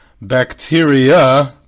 bacteria